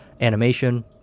animation